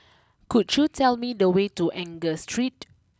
could you tell me the way to Enggor Street